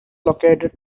located